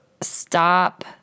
stop